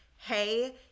hey